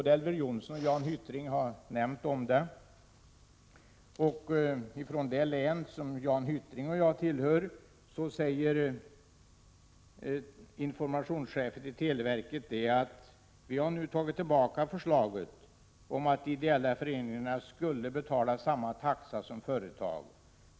Elver Jonsson och Jan Hyttring har nämnt detta. Televerkets informationschef i det län som Jan Hyttring och jag tillhör uttalar bl.a. följande: ”Vi har nu tagit tillbaka förslaget om att de ideella föreningarna skulle betala samma taxa som företag.